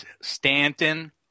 Stanton